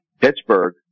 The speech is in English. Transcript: Pittsburgh